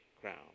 crown